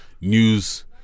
news